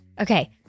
Okay